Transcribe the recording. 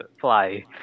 fly